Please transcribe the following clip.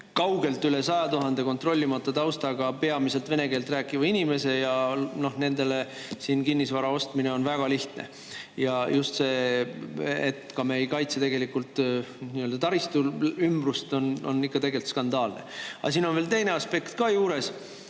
kaugelt üle 100 000 kontrollimata taustaga peamiselt vene keelt rääkiva inimese ja nendel on siin kinnisvara ostmine väga lihtne. Ja just see, et me ei kaitse taristu ümbrust, on tegelikult skandaalne. Aga siin on veel teine aspekt ka juures.